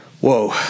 Whoa